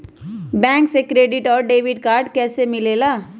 Bank से credit और debit card कैसी मिलेला?